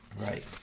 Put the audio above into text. Right